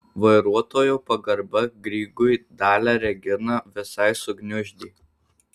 vairuotojo pagarba grygui dalią reginą visai sugniuždė